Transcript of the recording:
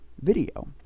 video